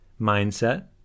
mindset